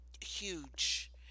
Huge